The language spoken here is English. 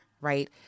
right